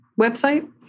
website